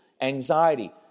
anxiety